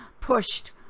pushed